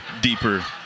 deeper